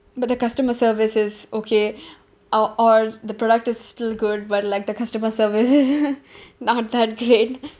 but the customer service is okay or or the product is still good but like the customer service not that great